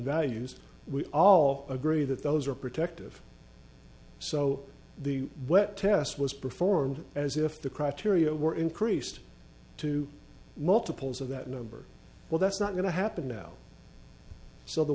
values we all agree that those are protective so the wet test was performed as if the criteria were increased to multiples of that number well that's not going to happen now s